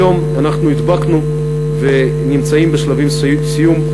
היום הדבקנו ואנחנו נמצאים בשלבי סיום,